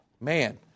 Man